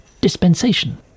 dispensation